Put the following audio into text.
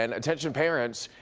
and attention parents,